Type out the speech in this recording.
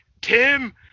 Tim